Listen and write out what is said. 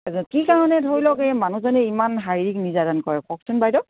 কি কাৰণে ধৰি লওক এই মানুহজনী ইমান শাৰীৰিক নিৰ্যাতন কৰে কওকচোন বাইদেউ